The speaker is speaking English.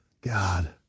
God